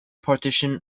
partition